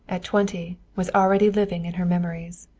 at twenty, was already living in her memories.